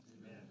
Amen